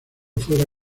fuera